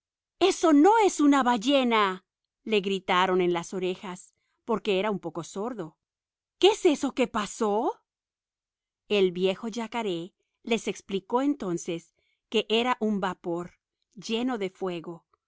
eso no es una ballena le gritaron en las orejas porqué era un poco sordo qué es eso que pasó el viejo yacaré les explicó entonces que era un vapor lleno de fuego